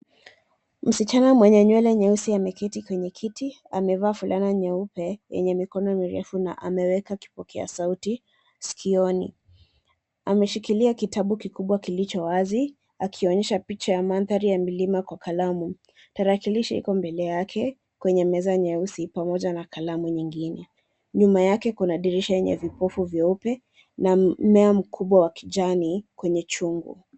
Msichana mwenye nywele nyeusi ameketi kwenye kiti. Amevaa fulana nyeupe yenye mikono mirefu na ameweka kipokea sauti sikioni. Ameshikilia kitabu kikubwa kilicho wazi akionyesha picha ya mandhari ya milima kwa kalamu. Tarakilisha iko mbele yake kwenye meza nyeusi pamoja na kalamu nyingine. Nyuma yake kuna dirisha yenye vipofu vyeupe na mmea mkubwa wa kijani kwenye chungu.